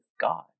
God